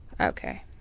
Okay